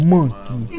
Monkey